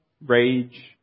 rage